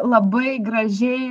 labai gražiai